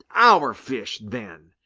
our fish, then!